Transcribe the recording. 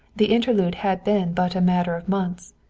the interlude had been but a matter of months,